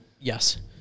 yes